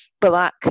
black